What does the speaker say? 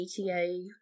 GTA